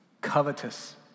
covetous